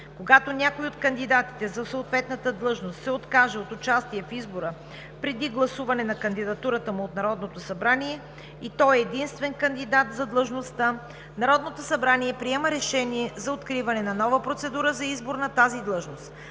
Когато някой от кандидатите за съответната длъжност се откаже от участие в избора преди гласуване на кандидатурата му от Народното събрание и той е единствен кандидат за длъжността, Народното събрание приема решение за откриване на нова процедура за избор за тази длъжност.